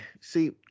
See